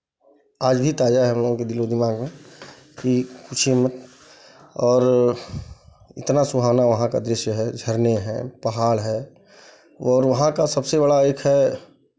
आज भी ताजा है हम लोगों के दिलो दिमाग में की पूछिए मत और इतना सुहाना वहाँ का दृश्य है झरने है पहाड़ है और वहाँ का सबसे बड़ा एक है